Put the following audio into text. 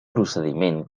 procediment